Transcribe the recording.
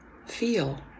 feel